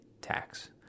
tax